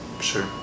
sure